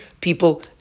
people